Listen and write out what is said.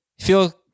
feel